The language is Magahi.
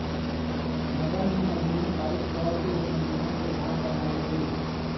नगरनिगम अधिनियम पारित कऽ के संविधान के भाग बनायल गेल